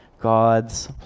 God's